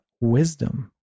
wisdom